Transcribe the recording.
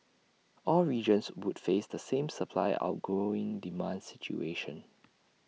all regions would face the same supply outgrowing demand situation